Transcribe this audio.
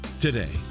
Today